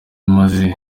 maze